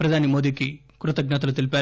ప్రధాని మోదీకి కృతజతలు తెలిపారు